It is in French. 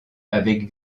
avec